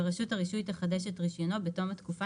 ורשות הרישוי תחדש את רישיונו בתום התקופה